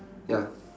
ya